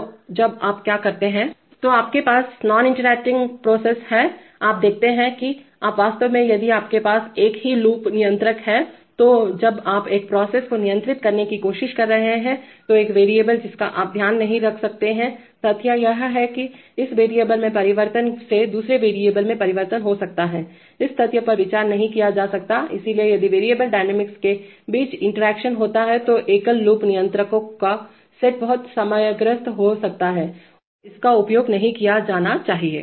तो जब आप क्या करते हैं तो आपके पास नॉन इंटरएक्टिंग प्रोसेस हैंआप देखते हैं किआप वास्तव में यदि आपके पास एक ही लूप नियंत्रक है तो जब आप एक प्रोसेस को नियंत्रित करने की कोशिश कर रहे हैंतो एक वैरिएबल जिसका आप ध्यान नहीं रख सकते हैं तथ्य यह है कि इस वैरिएबल में परिवर्तन से दूसरे वैरिएबल में परिवर्तन हो सकता हैइस तथ्य पर विचार नहीं किया जा सकता है इसलिए यदि वैरिएबल डायनामिक के बीच इंटरेक्शन होता है तो एकल लूप नियंत्रकों का सेट बहुत समस्याग्रस्त हो सकता है और इसका उपयोग नहीं किया जाना चाहिए